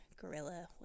gorilla